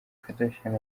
kardashian